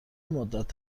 مدت